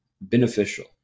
beneficial